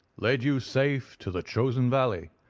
led you safe to the chosen valley,